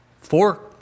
Four